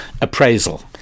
appraisal